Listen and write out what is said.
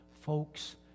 Folks